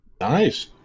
Nice